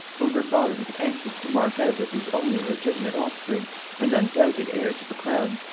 whom her father was anxious to mark out as his only legitimate offspring and undoubted heir to the crown.